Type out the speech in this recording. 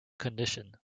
condition